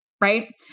right